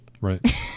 right